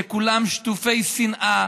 כשכולם שטופי שנאה.